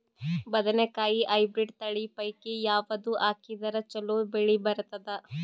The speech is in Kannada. ಬದನೆಕಾಯಿ ಹೈಬ್ರಿಡ್ ತಳಿ ಪೈಕಿ ಯಾವದು ಹಾಕಿದರ ಚಲೋ ಬೆಳಿ ಬರತದ?